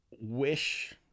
wish